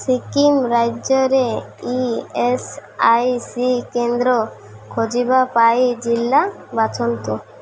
ସିକିମ୍ ରାଜ୍ୟରେ E S I C କେନ୍ଦ୍ର ଖୋଜିବା ପାଇଁ ଜିଲ୍ଲା ବାଛନ୍ତୁ